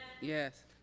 Yes